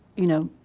you know,